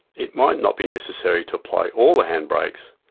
it might not be necessary to apply all the hand brakes,